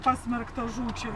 pasmerktas žūčiai